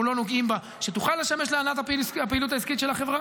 לא נוגעים בה שתוכל לשמש להנעת הפעילות העסקית של החברה.